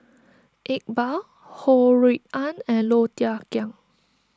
Iqbal Ho Rui An and Low Thia Khiang